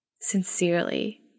Sincerely